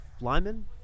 lineman